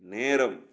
நேரம்